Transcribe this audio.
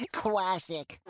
Classic